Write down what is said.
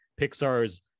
Pixar's